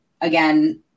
again